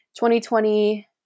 2020